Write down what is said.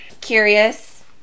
curious